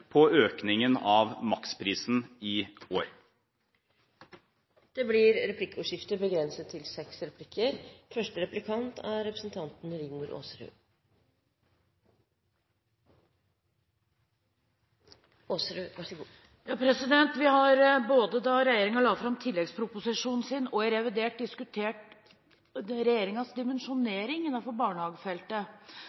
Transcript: på økningen av maksprisen i år. Det blir replikkordskifte. Vi har både da regjeringen la fram tilleggsproposisjonen sin, og i revidert diskutert